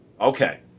Okay